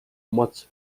much